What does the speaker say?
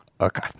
Okay